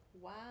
Wow